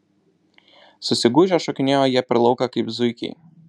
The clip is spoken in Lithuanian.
susigūžę šokinėjo jie per lauką kaip zuikiai